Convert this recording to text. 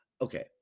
Okay